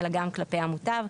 אלא גם כלפי המוטב.